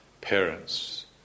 parents